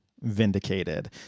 vindicated